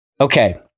okay